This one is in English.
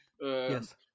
Yes